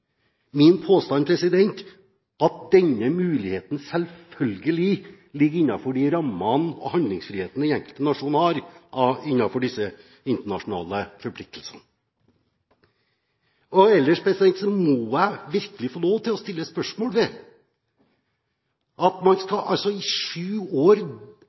Min påstand er at denne muligheten selvfølgelig ligger innenfor de rammene og den handlingsfriheten den enkelte nasjon har innenfor disse internasjonale forpliktelsene. Ellers må jeg virkelig få lov til å stille spørsmål ved at man i sju år